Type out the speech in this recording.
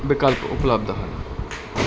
ਵਿਕਲਪ ਉਪਲਭਧ ਹਨ